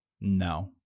no